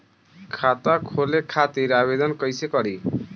खाता खोले खातिर आवेदन कइसे करी?